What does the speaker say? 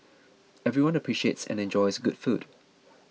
everyone appreciates and enjoys good food